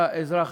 היה אזרח,